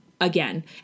again